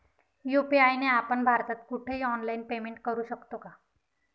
UPI ने आपण भारतात कुठेही ऑनलाईन पेमेंट करु शकतो का?